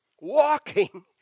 walking